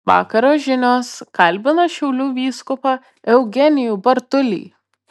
vakaro žinios kalbina šiaulių vyskupą eugenijų bartulį